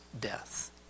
death